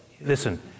Listen